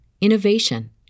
innovation